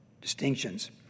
distinctions